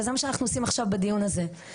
וזה מה שאנחנו עושים עכשיו בדיון הזה,